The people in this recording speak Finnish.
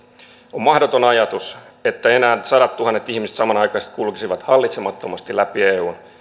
on mahdoton ajatus että enää sadattuhannet ihmiset samanaikaisesti kulkisivat hallitsemattomasti läpi eun